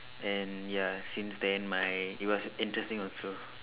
and ya since then my it was interesting also